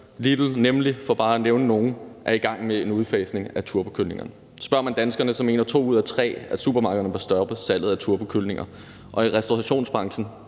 Lidl og Nemlig.com, for bare at nævne nogle – er i gang med en udfasning af turbokyllinger. Spørger man danskerne, mener to ud af tre, at supermarkederne bør stoppe salget af turbokyllinger, og i restaurationsbranchen